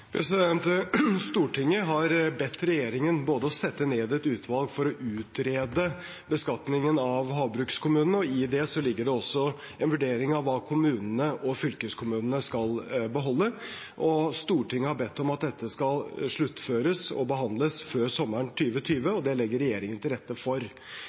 Stortinget har bedt regjeringen å sette ned et utvalg for å utrede beskatningen av havbrukskommunene. I det ligger det også en vurdering av hva kommunene og fylkeskommunene skal beholde. Stortinget har bedt om at dette skal sluttføres og behandles før sommeren 2020 – og det legger regjeringen til rette for.